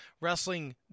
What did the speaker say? wrestling